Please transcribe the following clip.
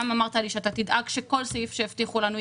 גם אמרת לי שאתה תדאג שכל סעיף שהבטיחו לנו,